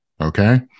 Okay